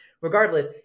Regardless